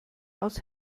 aus